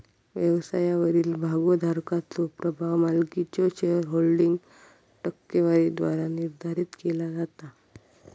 व्यवसायावरील भागोधारकाचो प्रभाव मालकीच्यो शेअरहोल्डिंग टक्केवारीद्वारा निर्धारित केला जाता